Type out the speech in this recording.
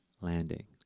landing